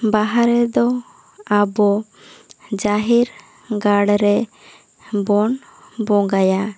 ᱵᱟᱦᱟ ᱨᱮᱫᱚ ᱟᱵᱚ ᱡᱟᱦᱮᱨ ᱜᱟᱲ ᱨᱮ ᱵᱚᱱ ᱵᱚᱸᱜᱟᱭᱟ